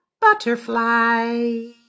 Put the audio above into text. butterfly